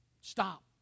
Stop